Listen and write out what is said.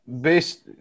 based